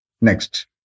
Next